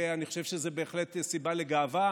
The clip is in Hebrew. ואני חושב שזאת בהחלט סיבה לגאווה,